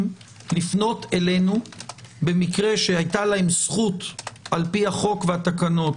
לפנות אלינו במקרה שהיתה להם זכות על-פי החוק והתקנות,